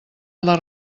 les